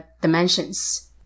dimensions